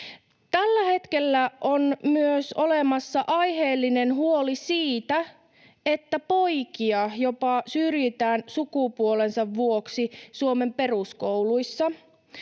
Tällä hetkellä on olemassa myös aiheellinen huoli siitä, että poikia jopa syrjitään sukupuolensa vuoksi Suomen peruskouluissa.